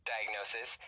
diagnosis